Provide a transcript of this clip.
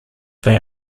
they